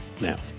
now